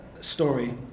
story